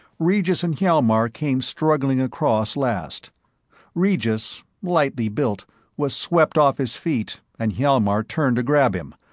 regis and hjalmar came struggling across last regis, lightly-built, was swept off his feet and hjalmar turned to grab him,